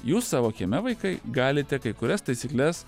jūs savo kieme vaikai galite kai kurias taisykles